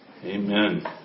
Amen